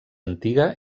antiga